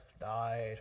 died